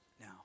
Now